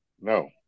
No